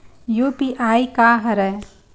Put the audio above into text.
UPI का हरय?